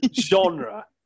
genre